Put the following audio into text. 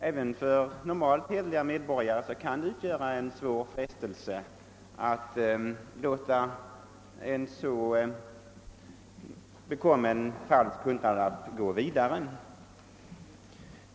även för normalt hederliga medborgare kan det innebära en svår frestelse att låta en falsk hundralapp gå vidare i cirkulationen.